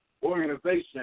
Organization